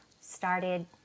started